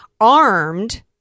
armed